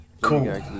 cool